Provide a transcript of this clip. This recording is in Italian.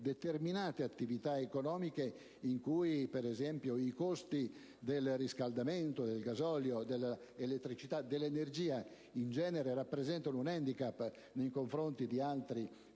determinate attività economiche in cui, per esempio, i costi del riscaldamento, del gasolio, della elettricità, dell'energia in genere rappresentano un *handicap* nei confronti di altri territori;